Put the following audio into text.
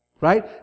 Right